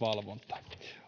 valvontaan